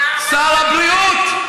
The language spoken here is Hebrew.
שר הבריאות,